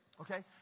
Okay